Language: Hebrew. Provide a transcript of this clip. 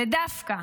ודווקא